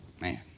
Man